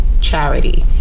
charity